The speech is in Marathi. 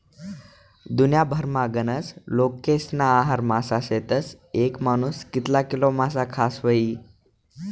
दुन्याभरमा गनज लोकेस्ना आहार मासा शेतस, येक मानूस कितला किलो मासा खास व्हयी?